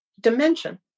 dimension